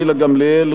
גילה גמליאל,